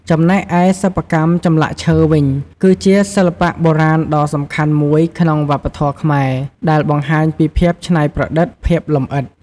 ចំណែកឯសិប្បកម្មចម្លាក់ឈើវិញ គឺជាសិល្បៈបុរាណដ៏សំខាន់មួយក្នុងវប្បធម៌ខ្មែរ ដែលបង្ហាញពីភាពច្នៃប្រឌិត ភាពលំអិត ។